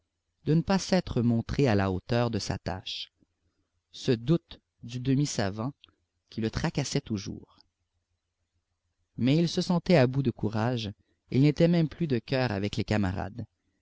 de ne pas s'être montré à la hauteur de sa tâche ce doute du demi savant qui le tracassait toujours mais il se sentait à bout de courage il n'était même plus de coeur avec les camarades